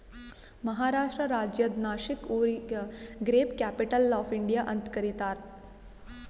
ಮಹಾರಾಷ್ಟ್ರ ರಾಜ್ಯದ್ ನಾಶಿಕ್ ಊರಿಗ grape capital of India ಅಂತ್ ಕರಿತಾರ್